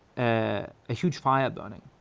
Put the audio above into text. ah a huge fire burning.